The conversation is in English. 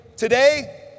Today